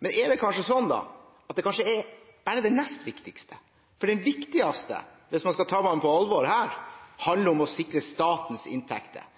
Men kanskje er det sånn da at dette bare er den nest viktigste, fordi den viktigste – hvis en skal ta dette på alvor – handler om å sikre statens inntekter?